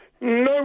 No